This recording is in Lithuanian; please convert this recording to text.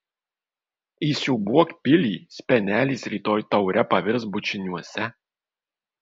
įsiūbuok pilį spenelis rytoj taure pavirs bučiniuose